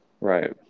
Right